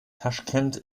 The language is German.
taschkent